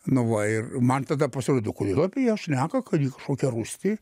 nu va ir man tada pasirodė o kodėl apie ją šneka kad ji kažkokia rūsti